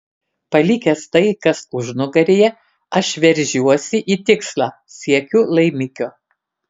palikęs tai kas užnugaryje aš veržiuosi į tikslą siekiu laimikio